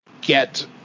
get